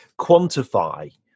quantify